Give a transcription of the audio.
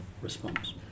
response